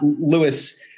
Lewis